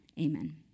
Amen